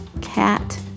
cat